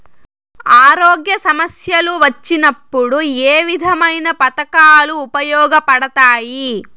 ఆరోగ్య సమస్యలు వచ్చినప్పుడు ఏ విధమైన పథకాలు ఉపయోగపడతాయి